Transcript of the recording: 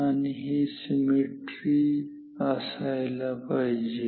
आणि हे सिमेट्रीक असायला पाहिजे